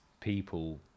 people